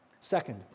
Second